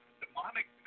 demonic